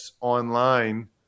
online